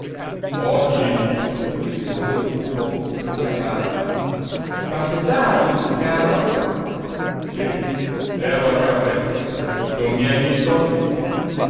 oggi rispose cupo luca fazio m'aspettavi caro sí ero al caffè non m'hai visto